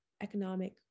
economic